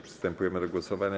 Przystępujemy do głosowania.